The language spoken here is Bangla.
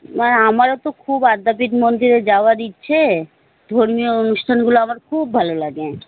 মানে আমারও তো খুব আদ্যাপীঠ মন্দিরে যাওয়ার ইচ্ছে ধর্মীয় অনুষ্ঠানগুলো আমার খুব ভালো লাগে